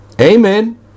Amen